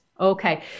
Okay